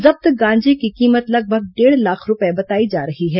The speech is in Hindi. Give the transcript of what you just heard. जब्त गांजे की कीमत लगभग डेढ़ लाख रूपये बताई जा रही है